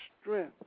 strength